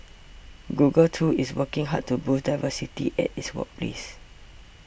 Google too is working hard to boost diversity at its workplace